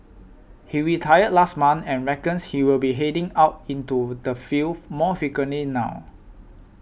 he retired last month and reckons he will be heading out into the field more frequently now